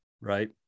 right